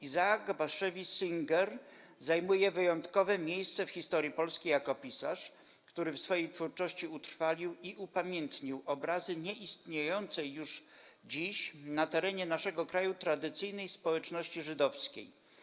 Isaac Bashevis Singer zajmuje wyjątkowe miejsce w historii Polski jako pisarz, który w swojej twórczości utrwalił i upamiętnił obrazy nieistniejącej już dziś na terenie naszego kraju tradycyjnej społeczności żydowskiej.